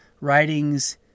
writings